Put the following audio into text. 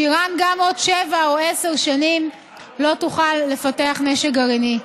שאיראן גם עוד שבע או 10 שנים לא תוכל לפתח נשק גרעיני.